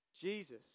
Jesus